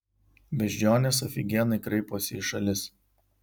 beždžionės afigienai kraiposi į šalis